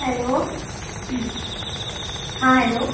hello हॅं hello